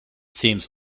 seems